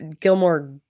Gilmore